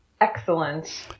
excellent